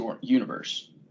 universe